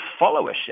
followership